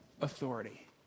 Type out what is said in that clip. authority